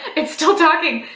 it's still talking.